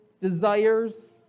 desires